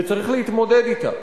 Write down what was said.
וצריך להתמודד אתה.